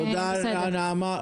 תודה, נעמה.